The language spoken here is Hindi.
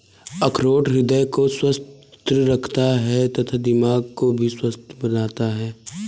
अखरोट हृदय को स्वस्थ रखता है तथा दिमाग को भी स्वस्थ बनाता है